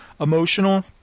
Emotional